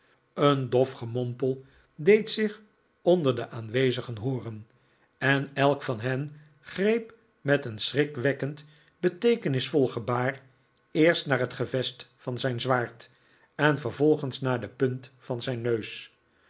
een dof gemompel deed zich onder de aanwezigen hooren en elk van hen greep met een schrikwekkend beteekenisvol gebaar eerst naar het gevest van zijn zwaard en vervolgens naar de punt van zijn neus